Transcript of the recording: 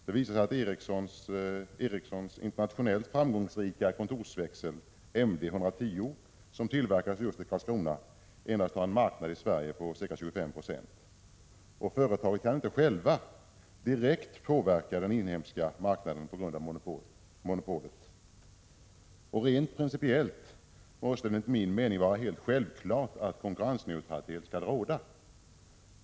Det visar sig att Ericssons internationellt framgångsrika kontorsväxel MD 110, som tillverkasi Karlskrona, endast har en marknad i Sverige på ca 25 96. Företaget kan inte direkt påverka den inhemska marknaden på grund av monopolet. Rent principiellt måste det, enligt min mening, vara helt självklart att konkurrensneutralitet skall råda.